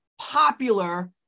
popular